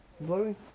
Blowing